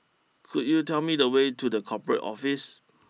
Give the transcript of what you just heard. could you tell me the way to the Corporate Office